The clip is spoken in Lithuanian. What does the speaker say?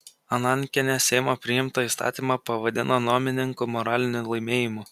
anankienė seimo priimtą įstatymą pavadino nuomininkų moraliniu laimėjimu